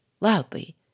loudly